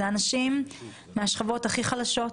זה אנשים מהשכבות הכי חלשות,